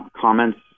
comments